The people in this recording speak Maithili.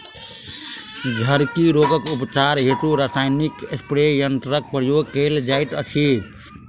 झड़की रोगक उपचार हेतु रसायनिक स्प्रे यन्त्रकक प्रयोग कयल जाइत अछि